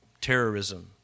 terrorism